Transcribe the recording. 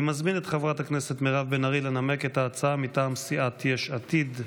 אני מזמין את חברת הכנסת מירב בן ארי לנמק את ההצעה מטעם סיעת יש עתיד.